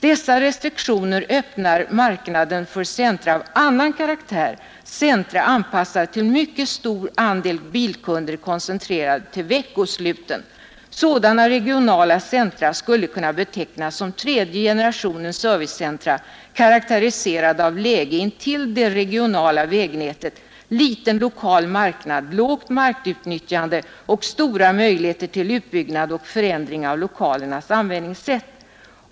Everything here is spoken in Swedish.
Dessa restriktioner öppnar marknaden för centra av annan karaktär, centra anpassade till mycket stor andel bilkunder koncentrerade till veckosluten. Sådana regionala centra skulle kunna betecknas som tredje generationen servicecentra karakteriserade av läge intill det regionala vägnätet, liten lokal marknad, lågt markutnyttjande och stora möjligheter till utbyggnad och förändring av lokalernas användningssätt.